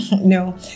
no